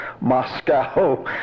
Moscow